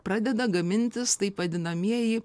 pradeda gamintis taip vadinamieji